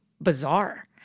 bizarre